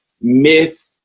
myth